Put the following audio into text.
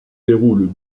déroule